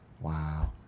Wow